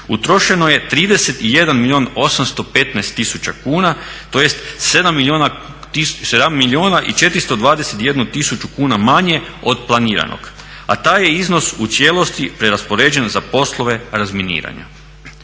kuna tj. 7 milijuna i 421 tisuću kuna manje od planiranog, a taj je iznos u cijelosti preraspoređen za poslove razminiranja.